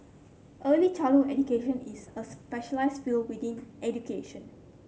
early childhood education is a specialised field within education